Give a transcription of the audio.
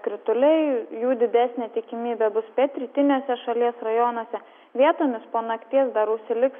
krituliai jų didesnė tikimybė bus pietrytiniuose šalies rajonuose vietomis po nakties dar užsiliks